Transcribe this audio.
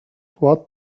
what